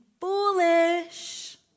foolish